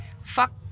fuck